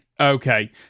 Okay